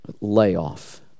layoff